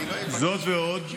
זאת ועוד,